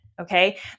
Okay